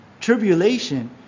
tribulation